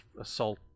assault